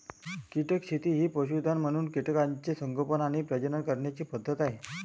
कीटक शेती ही पशुधन म्हणून कीटकांचे संगोपन आणि प्रजनन करण्याची पद्धत आहे